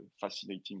fascinating